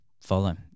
Follow